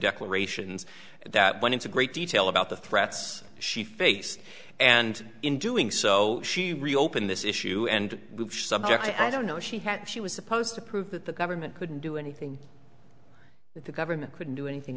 declarations that went into great detail about the threats she faced and in doing so she reopened this issue and subject i don't know if she had she was supposed to prove that the government couldn't do anything that the government couldn't do anything